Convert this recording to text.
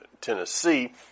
Tennessee